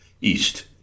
east